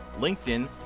LinkedIn